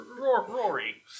Rory